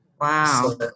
Wow